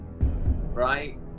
right